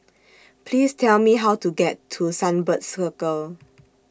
Please Tell Me How to get to Sunbird Circle